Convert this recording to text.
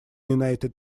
united